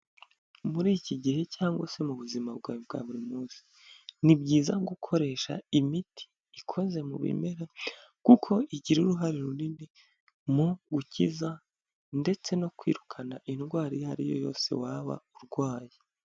Muri iki gihe cyangwa se mu buzima bwawe bwa buri munsi, ni byiza gukoresha imiti ikoze mu bimera kuko igira uruhare runini mu gukiza ndetse no kwirukana indwara iyo ari yo yose waba urwaye.